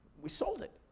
we sold it.